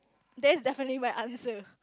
that's definitely my answer